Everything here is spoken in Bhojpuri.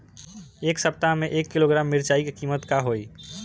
एह सप्ताह मे एक किलोग्राम मिरचाई के किमत का होई?